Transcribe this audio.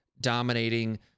dominating